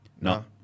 No